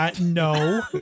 No